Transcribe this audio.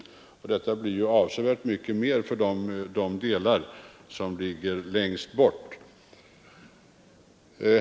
I detta distrikt blir det ju avsevärt mycket längre för dem som bor längst bort.